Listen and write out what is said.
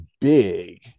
big